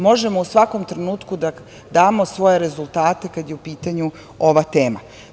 Možemo u svakom trenutku da damo svoje rezultate kada je u pitanju ova tema.